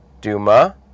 Duma